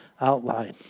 outline